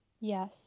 Yes